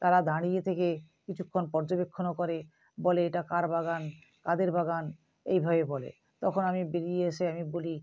তারা দাঁড়িয়ে থেকে কিছুক্ষণ পর্যবেক্ষণও করে বলে এটা কার বাগান কাদের বাগান এইভাবে বলে তখন আমি বেরিয়ে এসে আমি বলি